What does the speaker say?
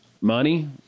money